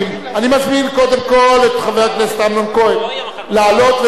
אני מזמין קודם כול את חבר הכנסת אמנון כהן לעלות ולהציג.